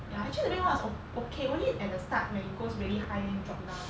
ya actually the red one was o~ okay only at the start when it goes really high then drop down